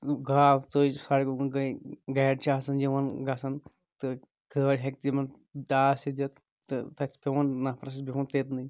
گاو ژٔج سڑکہِ کُن گٔے گاڈِ چھےٚ آسان یِوان گژھان تہٕ گٲڈۍ ہیٚکہِ تِمن ٹاس تہِ دِتھ تہٕ تتہِ چھُ پیوان نفرَس بِہُن تٔتۍنی